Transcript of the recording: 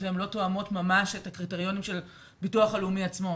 והן לא ממש תואמות את הקריטריונים של הביטוח הלאומי עצמו.